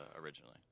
originally